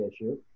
issue